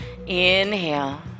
Inhale